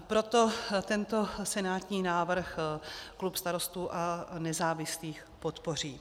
Proto tento senátní návrh klub Starostů a nezávislých podpoří.